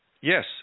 Yes